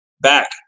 back